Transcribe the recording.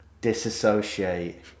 disassociate